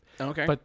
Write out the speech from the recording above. Okay